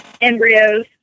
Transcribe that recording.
Embryos